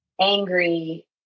angry